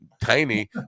tiny